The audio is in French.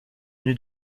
tenu